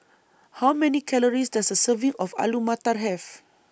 How Many Calories Does A Serving of Alu Matar Have